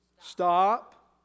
stop